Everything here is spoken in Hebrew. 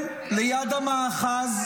כן, ליד המאחז.